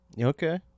Okay